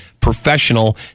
professional